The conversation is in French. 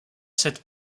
cette